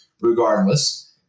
regardless